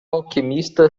alquimista